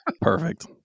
Perfect